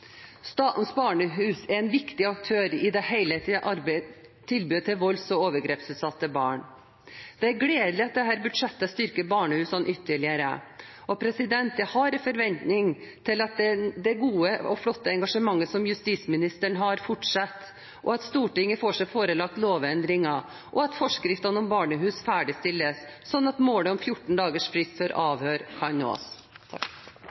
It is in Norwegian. Statens barnehus er en viktig aktør i det helhetlige tilbudet til volds- og overgrepsutsatte barn. Det er gledelig at dette budsjettet styrker barnehusene ytterligere. Jeg har en forventning om at det gode og flotte engasjementet som justisministeren har, fortsetter, at Stortinget blir forelagt forslag til lovendringer, og at forskriftene om barnehus ferdigstilles, slik at målet om 14 dagers frist